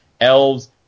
Elves